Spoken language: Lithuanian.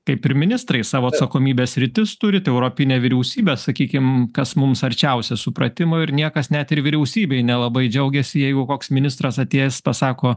kaip ir ministrai savo atsakomybės sritis turite europinę vyriausybę sakykim kas mums arčiausia supratimo ir niekas net ir vyriausybėj nelabai džiaugiasi jeigu koks ministras atėjęs pasako